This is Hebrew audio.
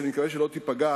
אני מקווה שלא תיפגע,